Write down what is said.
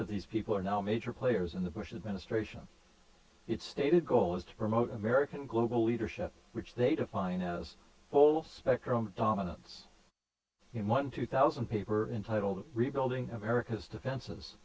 of these people are now major players in the bush administration its stated goal is to promote american global leadership which they define as full spectrum dominance one two thousand paper entitled rebuilding america's defenses